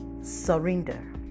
Surrender